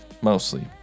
Mostly